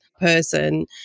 person